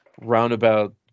roundabout